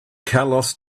carlos